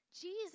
Jesus